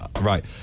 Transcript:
right